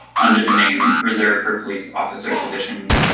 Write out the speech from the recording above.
under the name reserved for police officer positions,